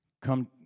Come